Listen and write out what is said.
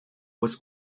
was